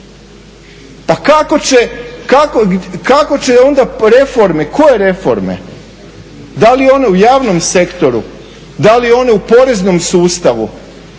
će, kako će onda reforme, koje reforme, da li one u javnom sektoru, da li one u poreznom sustavu,